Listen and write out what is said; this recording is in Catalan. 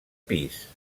pis